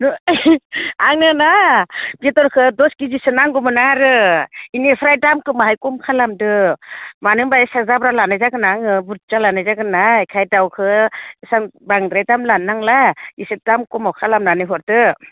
औ आंनो ना बेदरखो दस केजिसो नांगौमोन आरो एनिफ्राय दामखो माहाय खम खालामदो मानो होमब्ला एसेबां जाब्रा लानाय जागोन ना आङो बुरजा लानाय जागोन ना एखान दाउखो बांद्राय दाम लानो नांला एसे दाम खमाव खालामनानै हरदो